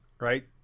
Right